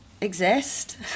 exist